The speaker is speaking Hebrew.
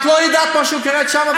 את לא יודעת מה שקורה שם,